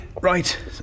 Right